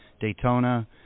Daytona